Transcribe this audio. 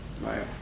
Right